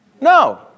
No